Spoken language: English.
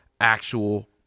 actual